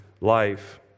life